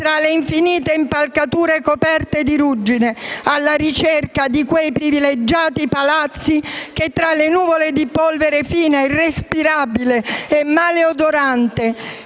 tra le infinite impalcature coperte di ruggine, alla ricerca di quei privilegiati palazzi che, tra nuvole di polvere fina, irrespirabile e maleodorante,